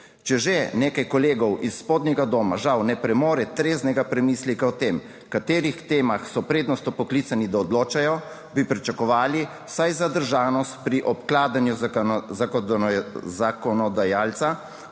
Če že nekaj kolegov iz spodnjega doma žal ne premore treznega premisleka o tem, o katerih temah so prednostno poklicani, da odločajo, bi pričakovali vsaj zadržanost pri obkladanju zakonodajalca